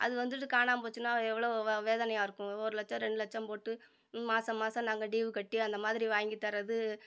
அது வந்துட்டு காணாமப்போச்சின்னால் அவன் எவ்வளோ வே வேதனையாயிருக்கும் ஒரு லட்சம் ரெண்டு லட்சம் போட்டு மாதம் மாதம் நாங்கள் டியூ கட்டி அந்தமாதிரி வாங்கித்தர்றது